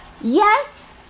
yes